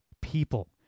people